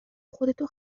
خودتو